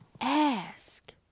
ask